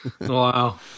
wow